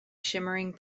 shimmering